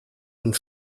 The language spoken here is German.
und